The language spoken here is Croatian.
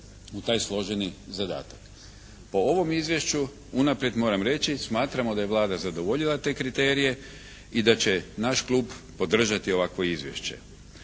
u taj složeni zadataka. Po ovom izvješću unaprijed moram reći smatramo da je Vlada zadovoljila te kriterije i da će naš klub podržati ovakvo izvješće.